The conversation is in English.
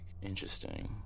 Interesting